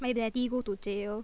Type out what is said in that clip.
my daddy go to jail